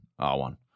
R1